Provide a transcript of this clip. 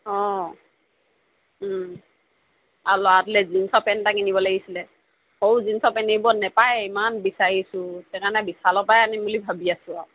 অঁ আৰু ল'ৰাটোলৈ জীন্সৰ পেণ্ট এটা কিনিব লাগিছিলে সৰু জীন্সৰ পেণ্ট এইবোৰত নাপায়ে ইমান বিচাৰিছোঁ সেইকাৰণে বিশালৰ পৰাই আনিম বুলি ভাবি আছোঁ আৰু